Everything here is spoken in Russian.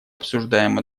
обсуждаем